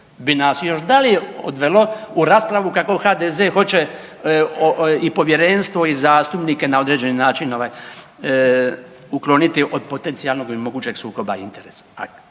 bi nas još dalje odvelo u raspravu kako HDZ hoće i povjerenstvo i zastupnike na određeni način ovaj ukloniti od potencijalnog i mogućeg sukoba interesa.